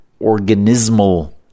organismal